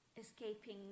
escaping